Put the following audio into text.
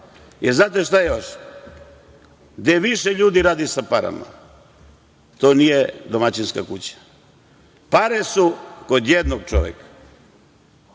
pare. Znate šta još, gde više ljudi radi sa parama, to nije domaćinska kuća. Pare su kod jednog čoveka.